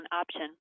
option